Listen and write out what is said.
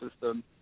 system